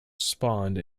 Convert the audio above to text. spawned